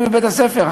בבית-הספר,